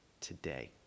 Today